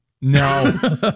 No